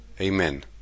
Amen